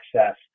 access